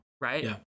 right